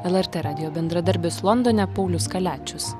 lrt radijo bendradarbis londone paulius kaliačius